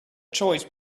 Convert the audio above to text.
choice